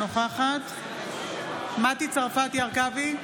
נוכחת מטי צרפתי הרכבי,